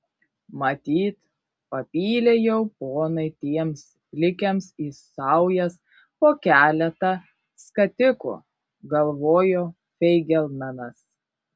matyt papylė jau ponai tiems plikiams į saujas po keletą skatikų galvojo feigelmanas